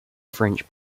french